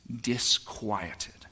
disquieted